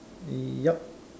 mm yup